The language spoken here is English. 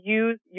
use